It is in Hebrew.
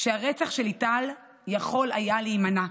שהרצח של ליטל יכול היה להימנע,